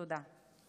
תודה.